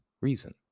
reason